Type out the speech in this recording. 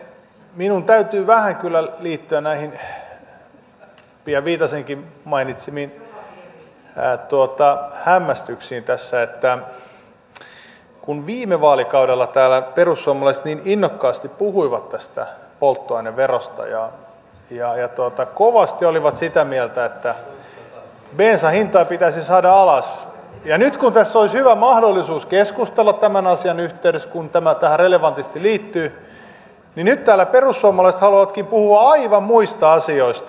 minun täytyy vähän kyllä liittyä näihin pia viitasenkin mainitsemiin hämmästyksiin tässä että kun viime vaalikaudella täällä perussuomalaiset niin innokkaasti puhuivat tästä polttoaineverosta ja kovasti olivat sitä mieltä että bensan hintaa pitäisi saada alas niin nyt kun tästä olisi hyvä mahdollisuus keskustella tämän asian yhteydessä kun tämä tähän relevantisti liittyy täällä perussuomalaiset haluavatkin puhua aivan muista asioista